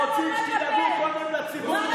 אנחנו רוצים שתדאגו קודם לציבור שלכם.